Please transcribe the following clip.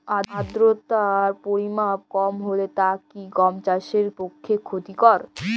আর্দতার পরিমাণ কম হলে তা কি গম চাষের পক্ষে ক্ষতিকর?